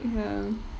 ya